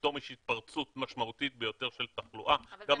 פתאום יש התפרצות משמעותית ביותר של תחלואה - גם